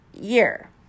year